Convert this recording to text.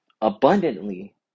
abundantly